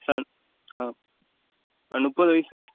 sir முப்பது வயது